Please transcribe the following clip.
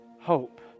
hope